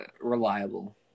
reliable